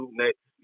next